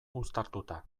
uztartuta